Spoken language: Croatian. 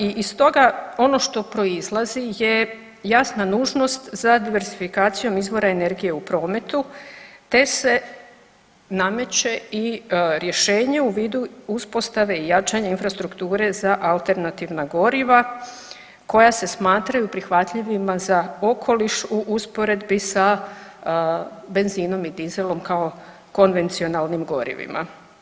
I iz toga, ono što proizlazi je jasna nužnost za diversifikacijom izvora energije u prometu te se nameće i rješenje u vidu postave i jačanja infrastrukture za alternativna goriva koja se smatraju prihvatljivima za okoliš u usporedbi sa benzinom i dizelom kao konvencionalnim gorivima.